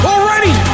Already